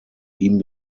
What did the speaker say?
ihm